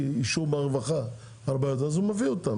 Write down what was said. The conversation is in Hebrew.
אישור מהרווחה על בעיות הוא מביא אותו,